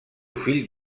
fill